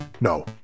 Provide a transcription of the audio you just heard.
No